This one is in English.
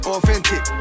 authentic